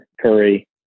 curry